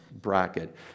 bracket